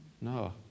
No